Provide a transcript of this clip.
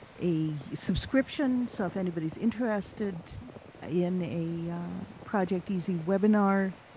a subscription so if anybody is interested in a project easi webinar,